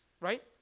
right